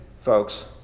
folks